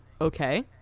okay